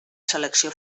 selecció